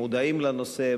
מודעים לנושא,